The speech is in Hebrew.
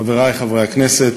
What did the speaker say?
חברי חברי הכנסת,